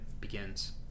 begins